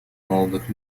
молодых